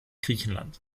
griechenland